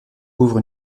couvre